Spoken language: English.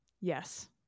Yes